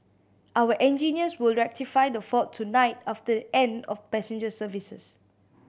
our engineers will rectify the fault tonight after the end of passenger services